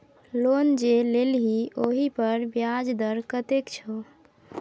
loan जे लेलही ओहिपर ब्याज दर कतेक छौ